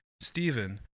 Stephen